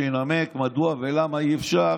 וינמק מדוע ולמה אי-אפשר.